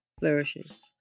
flourishes